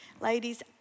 Ladies